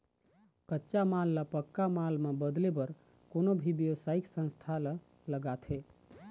कच्चा माल ल पक्का माल म बदले बर कोनो भी बेवसायिक संस्था ल लागथे